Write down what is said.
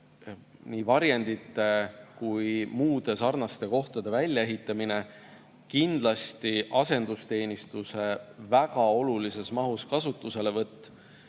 nii varjendite kui ka muude sarnaste kohtade väljaehitamine, kindlasti asendusteenistuse väga olulises mahus kasutuselevõtt.